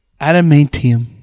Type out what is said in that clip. Adamantium